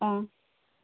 ओं